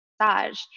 massage